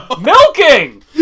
milking